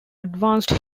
advanced